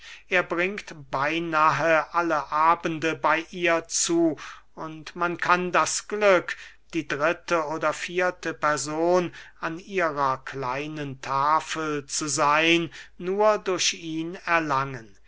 er bringt beynahe alle abende bey ihr zu und man kann das glück die dritte oder vierte person an ihrer kleinen tafel zu seyn nur durch ihn erlangen